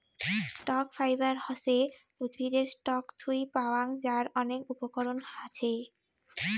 stock fibre হসে উদ্ভিদের stock থুই পাওয়াং যার অনেক উপকরণ হাছে